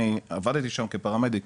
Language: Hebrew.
אני עבדתי שם כפרמדיק,